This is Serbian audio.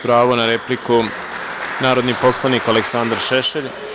Pravo na repliku, narodni poslanik Aleksandar Šešelj.